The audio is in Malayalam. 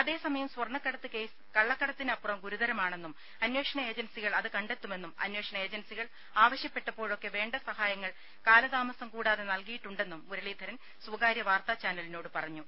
അതേസമയം സ്വർണ്ണക്കടത്ത് കേസ് കള്ളക്കടത്തിനപ്പുറം ഗുരുതരമാണെന്നും അന്വേഷണ ഏജൻസികൾ അത് കണ്ടെത്തുമെന്നും അന്വേഷണ ഏജൻസികൾ ആവശ്യപ്പെട്ടപ്പോഴൊക്കെ വേണ്ട സഹായങ്ങൾ കാലതാമസം കൂടാതെ നൽകിയിട്ടുണ്ടെന്നും മുരളീധരൻ സ്വകാര്യ വാർത്താ ചാനലിനോട് പറഞ്ഞു